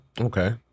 okay